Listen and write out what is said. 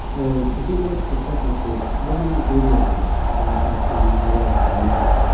or, to be more specific, with one radio station broadcasting out of ramallah.